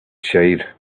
shade